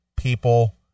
People